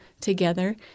together